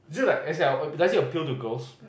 is it like as in like does it appeal to girls